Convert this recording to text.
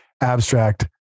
abstract